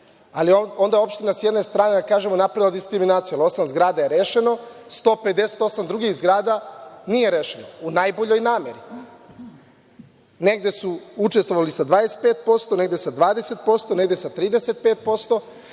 je onda opština s jedne strane napravila diskriminaciju, jer osam zgrada je rešeno, a 158 drugih zgrada nije rešeno u najboljoj nameri. Negde su učestvovali sa 25%, negde sa 20%, negde sa 35%,